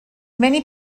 many